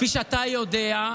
כפי שאתה יודע,